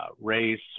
race